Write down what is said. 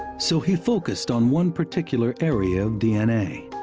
so he focused on one particular area of d n a.